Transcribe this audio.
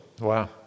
wow